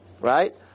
right